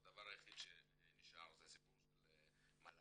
הדבר היחיד שנשאר זה הסיפור של המל"ג